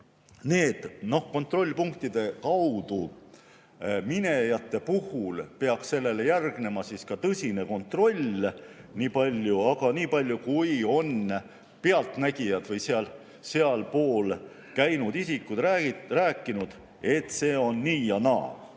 et kontrollpunktide kaudu minejate puhul peaks sellele järgnema ka tõsine kontroll. Aga niipalju kui on pealtnägijad või sealpool käinud isikud rääkinud, see on nii ja naa.